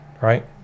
right